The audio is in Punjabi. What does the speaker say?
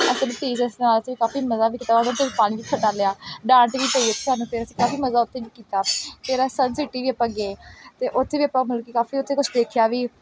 ਅਸੀਂ ਆਪਣੇ ਟੀਚਰਸ ਨਾਲ ਕਾਫੀ ਮਜ਼ਾ ਵੀ ਕੀਤਾ ਔਰ ਉਹਨਾਂ 'ਤੇ ਪਾਣੀ ਵੀ ਡਾਲਿਆ ਡਾਂਟ ਵੀ ਪਈ ਉੱਥੇ ਸਾਨੂੰ ਫਿਰ ਅਸੀਂ ਕਾਫੀ ਮਜ਼ਾ ਉੱਥੇ ਵੀ ਕੀਤਾ ਫਿਰ ਅਸੀਂ ਸਨ ਸਿਟੀ ਵੀ ਆਪਾਂ ਗਏ ਅਤੇ ਉੱਥੇ ਵੀ ਆਪਾਂ ਮਤਲਬ ਕਿ ਕਾਫੀ ਉੱਥੇ ਕੁਛ ਦੇਖਿਆ ਵੀ